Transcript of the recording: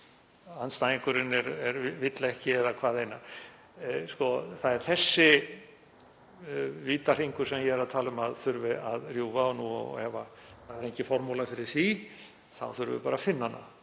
sem andstæðingurinn vill ekki eða hvaðeina. Það er þessi vítahringur sem ég er að tala um að þurfi að rjúfa. Ef það er engin formúla fyrir því þá þurfum við bara að finna hana